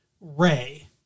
Ray